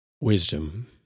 wisdom